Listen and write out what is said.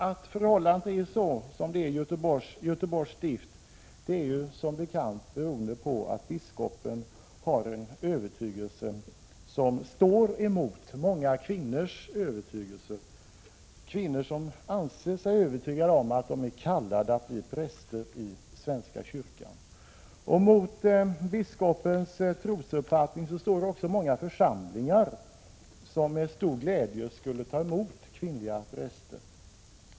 Att förhållandet är sådant som det är i Göteborgs stift beror som bekant på att biskopen har en övertygelse som står emot många kvinnors övertygelse — det gäller kvinnor som har övertygelsen att de är kallade att bli präster i svenska kyrkan. Mot biskopens trosuppfattning står också uppfattningen hos många församlingar. Dessa församlingar skulle med stor glädje ta emot kvinnliga präster.